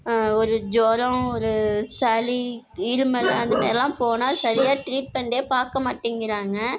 ஒரு ஜுரோம் ஒரு சளி இருமல் அந்த மாரிலாம் போனால் சரியாக ட்ரீட்மென்டே பார்க்க மாட்டேங்கிறாங்க